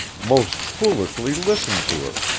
most foolishly listened to her,